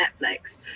Netflix